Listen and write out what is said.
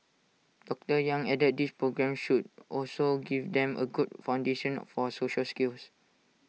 doctor yang added that these programmes should also give them A good foundation for social skills